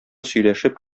сөйләшеп